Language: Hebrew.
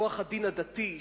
מכוח הדין הדתי,